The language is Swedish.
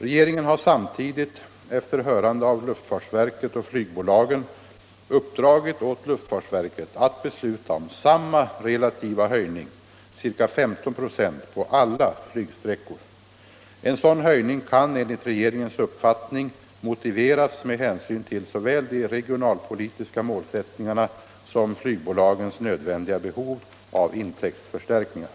Regeringen har samtidigt, efter hörande av luftfartsverket och flygbolagen, uppdragit åt luftfartsverket att besluta om samma relativa höjning — ca 15 "»— på alla Nygsträckor. En sådan höjning kan enligt regeringens uppfattning motiveras med hänsyn till såväl de regionalpolitiska målsättningarna som flygbolagens behov av intäktsförstärkningar.